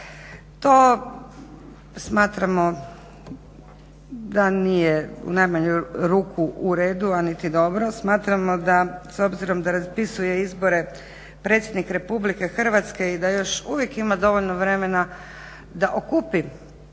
To smatramo da nije u najmanju ruku u redu a niti dobro. smatramo s obzirom da raspisuje izbore predsjednik RH i da još uvijek ima dovoljno vrmena da okupi